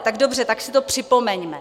Tak dobře, tak si to připomeňme.